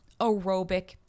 aerobic